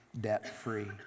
debt-free